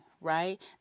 right